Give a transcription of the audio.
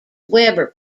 webber